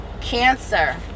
Cancer